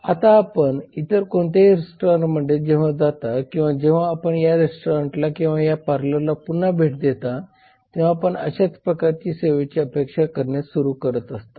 आता आपण इतर कोणत्याही रेस्टॉरंटमध्ये जेंव्हा जाता किंवा जेव्हा आपण या रेस्टॉरंटला किंवा या पार्लरला पुन्हा भेट देता तेव्हा आपण अशाच प्रकारच्या सेवेची अपेक्षा करण्यास सुरु करत असतात